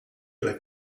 like